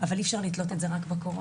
אבל אי אפשר לתלות את זה רק בקורונה.